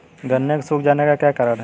गन्ने के सूख जाने का क्या कारण है?